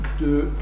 de